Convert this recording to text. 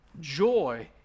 Joy